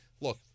Look